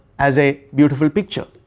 as a beautiful picture,